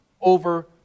over